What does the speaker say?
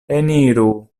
eniru